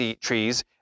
trees